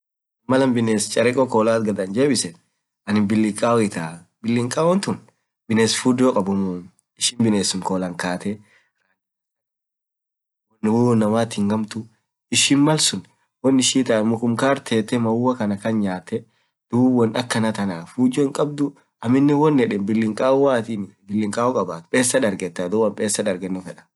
hoo biness chaareko kolaat anjebisen bilikao itaa biness fujoo kabumuu ishin binesuum kolaan kaate, ishin malsuun mau kanaa kaar teete nyate fujo hinkabduu duub, woan yedeen bilikao hoo atin kabaat pesaa dargetaa anin pesaa dargeno fedaa.